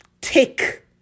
take